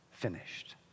finished